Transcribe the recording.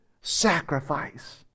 sacrifice